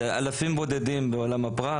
זה אלפים בודדים בעולם הפרט.